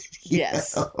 Yes